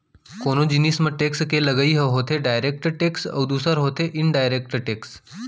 कोनो जिनिस म टेक्स के लगई ह होथे डायरेक्ट टेक्स अउ दूसर होथे इनडायरेक्ट टेक्स